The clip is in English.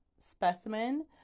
specimen